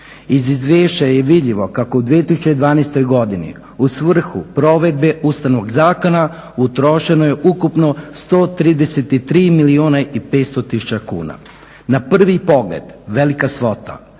Iz izvješća je vidljivo kako u 2012. godini u svrhu provedbe Ustavnog zakona utrošeno je ukupno 133 milijuna i 500 tisuća kuna. Na prvi pogled velika svota,